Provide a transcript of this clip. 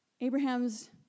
Abraham's